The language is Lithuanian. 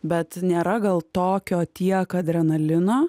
bet nėra gal tokio tiek adrenalino